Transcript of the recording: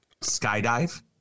skydive